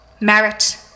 Merit